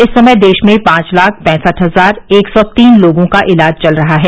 इस समय देश में पांच लाख पैंसठ हजार एक सौ तीन लोगों का इलाज चल रहा है